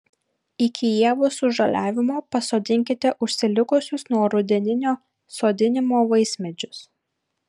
iki ievų sužaliavimo pasodinkite užsilikusius nuo rudeninio sodinimo vaismedžius